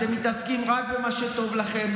אתם מתעסקים רק במה שטוב לכם,